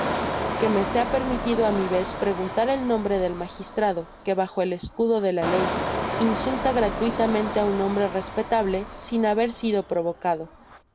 que me sea permitido á mi vez preguntar el nombre del magistrado que bajo el escudo de la ley insulta gratuitamente á un hombre respetable sin haber sido provocado